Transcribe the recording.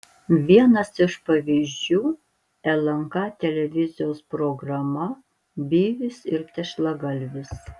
vienas iš pavyzdžių lnk televizijos programa byvis ir tešlagalvis